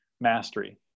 mastery